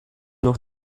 noch